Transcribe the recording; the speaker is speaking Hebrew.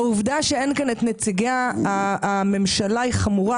העובדה שאין פה נציגי הממשלה היא חמורה